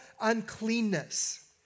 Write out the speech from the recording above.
uncleanness